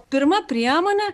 pirma priemonė